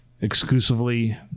exclusively